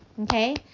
okay